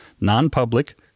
non-public